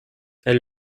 elle